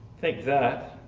think that.